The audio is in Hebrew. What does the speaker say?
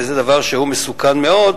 וזה דבר שהוא מסוכן מאוד.